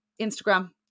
Instagram